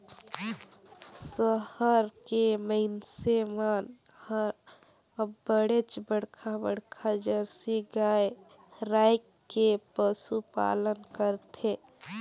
सहर के मइनसे मन हर अबड़ेच बड़खा बड़खा जरसी गाय रायख के पसुपालन करथे